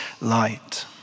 light